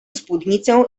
spódnicę